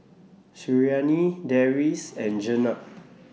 Suriani Deris and Jenab